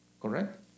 Correct